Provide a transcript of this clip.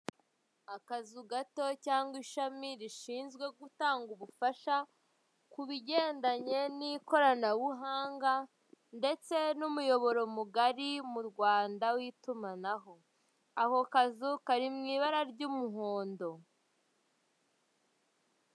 Akazu gato cyangwa ishami rishyinzwe gutanga ubufasha, ku bigendanye n'ikoranabuhanga ndetse n'umuyoboro mugari mu Rwanda, w'itumanaho. Ako kazu kari mu ibara ry'umuhondo.